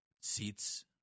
seats